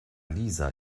lisa